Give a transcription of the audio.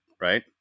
right